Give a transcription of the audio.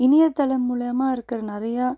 இணையதளம் மூலயமா இருக்கிற நிறையா